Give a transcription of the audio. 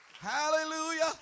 Hallelujah